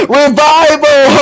revival